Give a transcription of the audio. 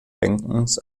denkens